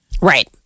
Right